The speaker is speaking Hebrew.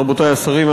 רבותי השרים,